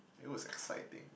it was exciting